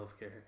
healthcare